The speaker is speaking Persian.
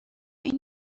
این